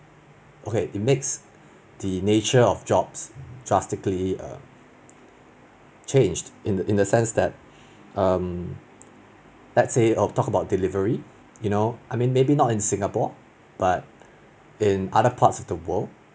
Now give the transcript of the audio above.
okay it makes the nature of jobs drastically err changed in the in the sense that um let's say I will talk about delivery you know I mean maybe not in Singapore but in other parts of the world